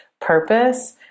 purpose